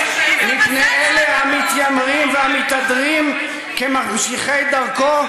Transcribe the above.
מפני אלה המתיימרים והמתהדרים כממשיכי דרכו,